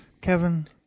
Kevin